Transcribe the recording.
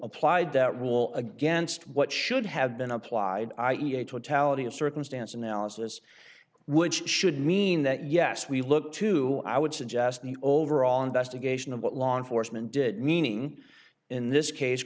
applied that rule against what should have been applied i e a totality of circumstance analysis which should mean that yes we look to i would suggest the overall investigation of what law enforcement did meaning in this case